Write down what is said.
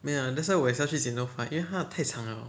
没有 why 我也是要去剪头发因为它太长 liao